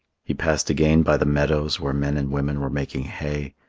he passed again by the meadows where men and women were making hay,